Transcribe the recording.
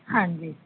ਹਾਂਜੀ